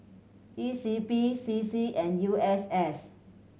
E C P C C and U S S